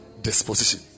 disposition